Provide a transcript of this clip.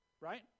right